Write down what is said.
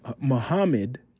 Muhammad